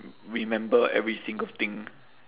remember every single thing